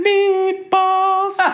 Meatballs